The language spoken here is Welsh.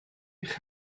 eich